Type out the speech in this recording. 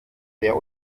sehr